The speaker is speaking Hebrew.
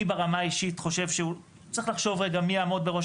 אני ברמה האישית חושב שצריך לחשוב רגע מי יעמוד בראש